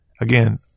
Again